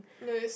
no is